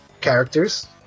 characters